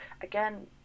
Again